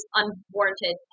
unwarranted